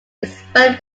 expanding